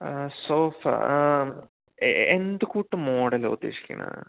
sofa എന്ത് കൂട്ട് മോഡലാണ് ഉദ്ദേശിക്കുന്നേ